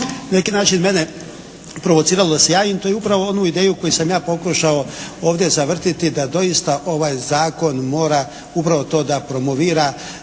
neki način provociralo da se javim to je upravo onu ideju koju sam ja pokušao ovdje zavrtjeti da doista ovaj Zakon mora upravo to da promovira